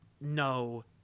no